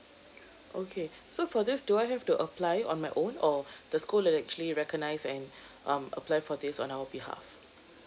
okay so for this do I have to apply on my own or the school will actually recognise and um apply for this on our behalf